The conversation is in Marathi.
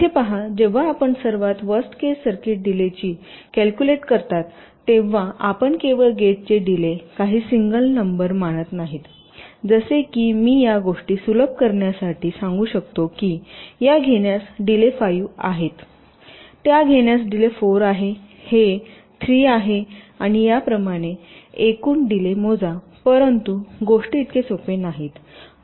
येथे पहा जेव्हा आपण सर्वात वर्स्ट केस सर्किट डीलेची कॅल्कुलेट करता तेव्हा आपण केवळ गेटचे डीले काही सिंगल नंबर मानत नाहीत जसे की मी या गोष्टी सुलभ करण्यासाठी सांगू शकतो की या घेण्यास डीले 5 आहे त्या घेण्यास डीले 4 आहे हे 3 आहे आणि त्याप्रमाणे एकूण डीले मोजा परंतु गोष्टी इतके सोपे नाहीत